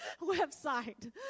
website